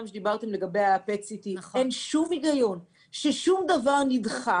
של PET CT. אין שום היגיון ששום דבר נדחה